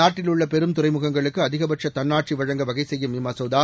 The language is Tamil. நாட்டில் உள்ள பெரும் துறைமுகங்களுக்கு அதிகபட்ச தன்னாட்சி வழங்க வகை செய்யும் இம்மசோதா